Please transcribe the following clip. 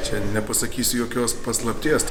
čia nepasakysiu jokios paslapties